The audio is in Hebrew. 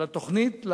על התוכנית,